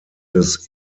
des